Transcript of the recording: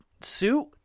suit